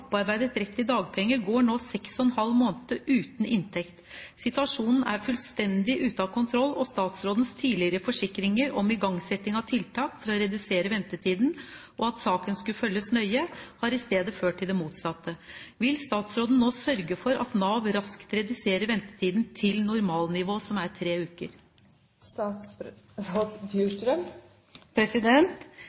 opparbeidet rett til dagpenger, går nå i 6,5 måneder uten inntekt. Situasjonen er fullstendig ute av kontroll, og statsrådens tidligere forsikringer om igangsetting av tiltak for å redusere ventetiden og at saken skulle følges nøye, har i stedet ført til det motsatte. Vil statsråden nå sørge for at Nav raskt reduserer ventetiden til normalnivå – tre uker?»